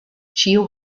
ĉiu